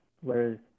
whereas